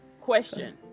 question